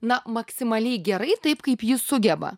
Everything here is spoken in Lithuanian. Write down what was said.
na maksimaliai gerai taip kaip ji sugeba